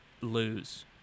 lose